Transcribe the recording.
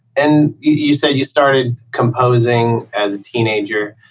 and you said you started composing as a teenager,